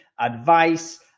advice